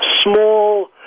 Small